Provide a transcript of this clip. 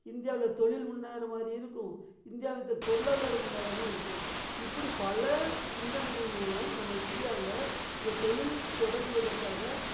இந்தியாவில் தொழில் முன்னேறுகிற மாதிரி இருக்கும் இந்தியாவுக்கு பொருளாதாரம் முன்னேறவும் இருக்கும் இப்படி பல சிந்தனைகள் மூலம் நம்ம இந்தியாவில் இப்போ தொழில் தொடங்குவதற்காக